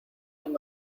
han